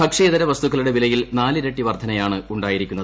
ഭക്ഷ്യതര വസ്തുക്കളുടെ വിലയിൽ നാലിരട്ടി വർദ്ധനയാണ് ഉണ്ടായിരിക്കുന്നത്